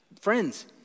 friends